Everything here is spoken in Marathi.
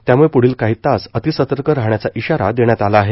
त्याम्ळं प्ढील काही तास अतिसतर्क राहण्याचा इशारा देण्यात आला आहे